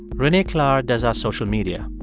renee klahr does our social media.